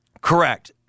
Correct